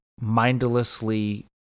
mindlessly